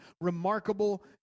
remarkable